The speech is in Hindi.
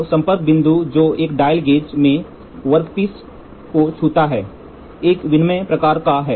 तो संपर्क बिंदु जो एक डायल गेज में वर्कपीस को छूता है एक विनिमेय प्रकार का है